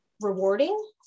rewarding